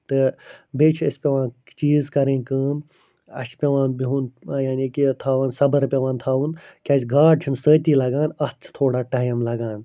تہٕ بیٚیہِ چھِ اَسہِ پیٚوان چیٖز کَرٕنۍ کٲم اسہِ چھ پیٚوان بِہُن یعنی کہِ تھاوان صبر پیٚوان تھاوُن کیازِ گاڈ چھ نہٕ سۭتی لَگان اتھ چھُ تھوڑا ٹایم لَگان